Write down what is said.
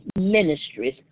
ministries